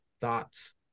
Thoughts